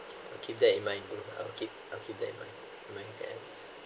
I'll keep that in mind bro I'll keep keep that in mind mind there